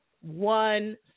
one